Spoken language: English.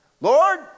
Lord